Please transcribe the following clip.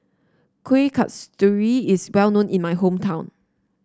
Kueh Kasturi is well known in my hometown